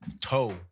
toe